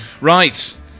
Right